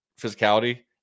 physicality